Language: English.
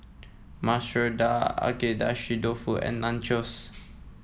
Masoor Dal Agedashi Dofu and Nachos